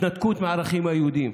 התנתקות מהערכים היהודיים.